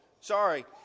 sorry